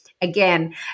Again